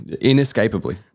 inescapably